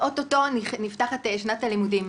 באוגוסט, אוטוטו נפתחת שנת הלימודים.